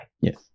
Yes